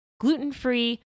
gluten-free